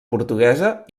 portuguesa